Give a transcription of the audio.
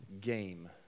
game